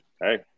hey